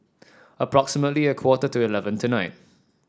approximately a quarter to eleven tonight